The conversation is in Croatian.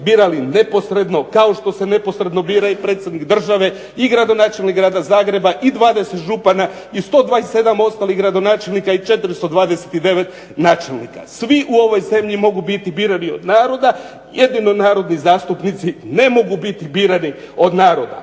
Svi u ovoj zemlji mogu biti birani od naroda, jedino narodni zastupnici ne mogu biti birani od naroda.